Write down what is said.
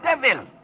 devil